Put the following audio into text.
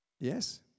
Yes